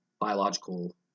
biological